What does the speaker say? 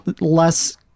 less